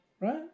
Right